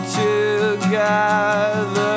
together